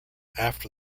after